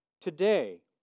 today